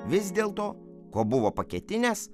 vis dėl to ko buvo paketinės